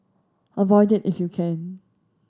avoid it if you can